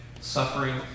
Suffering